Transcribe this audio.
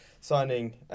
signing